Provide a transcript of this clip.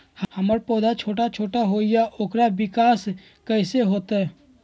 हमर पौधा छोटा छोटा होईया ओकर विकास कईसे होतई?